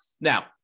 Now